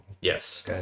Yes